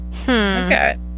Okay